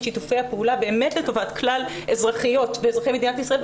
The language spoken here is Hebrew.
שיתופי הפעולה לטובת כלל אזרחיות ואזרחי מדינת ישראל.